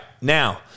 now